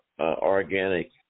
organic